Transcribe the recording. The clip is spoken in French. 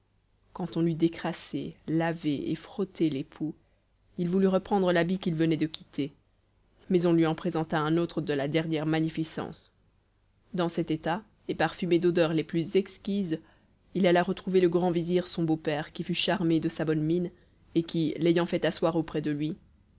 quand on eut décrassé lavé et frotté l'époux il voulut reprendre l'habit qu'il venait de quitter mais on lui en présenta un autre de la dernière magnificence dans cet état et parfumé d'odeurs les plus exquises il alla retrouver le grand vizir son beau-père qui fut charmé de sa bonne mine et qui l'ayant fait asseoir auprès de lui